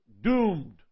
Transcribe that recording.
doomed